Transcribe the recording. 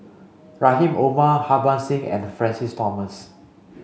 Rahim Omar Harbans Singh and Francis Thomas